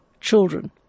children